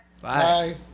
Bye